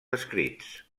escrits